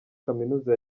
kaminuza